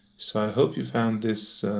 so i hope you've found this